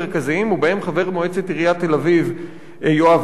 בהם חבר מועצת עיריית תל-אביב יואב גולדרינג,